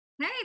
Hey